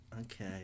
Okay